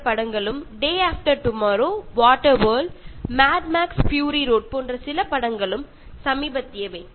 ഉദാഹരണത്തിന് day after tomorrow water world mad max fury road Mad Max Fury Road എന്നിവയൊക്കെ